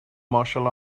martial